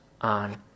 on